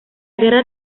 guerra